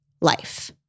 life